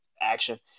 action